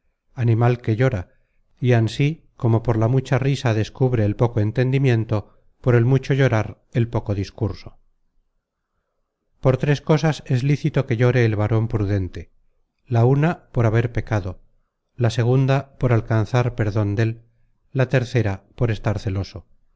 animal que llora y ansí como por la mucha risa descubre el poco entendimiento por el mucho llorar el poco discurso por tres cosas es lícito que llore el varon prudente la una por haber pecado la segunda por alcanzar perdon dél la tercera por estar celoso